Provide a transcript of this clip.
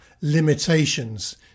limitations